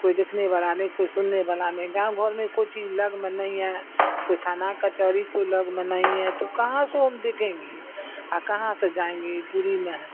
کوئی دیکھنے والا نہیں کوئی سننے والا نہیں گاؤں گھر میں کوئی چیز لگ میں نہیں ہے کوئی تھانہ کچہری کوئی لگ میں نہیں ہے تو کہاں سے ہم دیکھیں گے اور کہاں سے جائیں گے دوری میں ہے